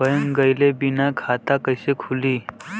Bank गइले बिना खाता कईसे खुली?